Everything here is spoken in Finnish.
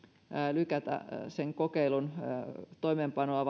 lykätä sen kokeilun toimeenpanoa